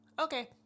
Okay